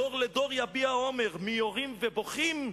דור לדור יביע אומר, מ"יורים ובוכים"